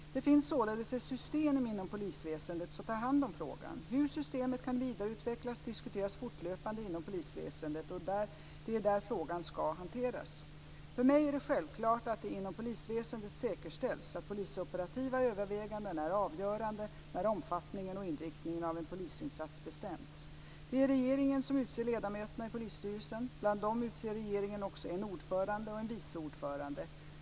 Det finns således ett system inom polisväsendet som tar om hand frågan. Hur systemet kan vidareutvecklas diskuteras fortlöpande inom polisväsendet, och det är där frågan ska hanteras. För mig är det självklart att det inom polisväsendet säkerställs att polisoperativa överväganden är avgörande när omfattningen och inriktningen av en polisinsats bestäms. Det är regeringen som utser ledamöterna i polisstyrelsen. Bland dem utser regeringen också en ordförande och en vice ordförande.